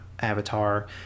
avatar